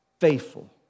faithful